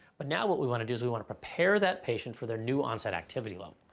but now what we want to do is we want to prepare that patient for their new on-set activity load.